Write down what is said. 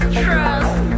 trust